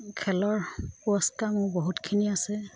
খেলৰ পুৰস্কাৰ মোৰ বহুতখিনি আছে